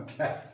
Okay